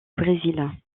brésil